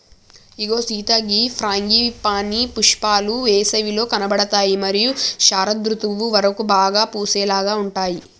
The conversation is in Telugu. ఇగో సీత గీ ఫ్రాంగిపానీ పుష్పాలు ఏసవిలో కనబడుతాయి మరియు శరదృతువు వరకు బాగా పూసేలాగా ఉంటాయి